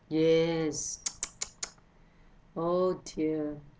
yes oh dear